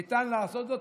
ניתן לעשות זאת.